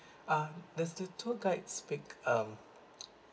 um there's the tour guide speak um